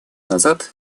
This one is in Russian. назад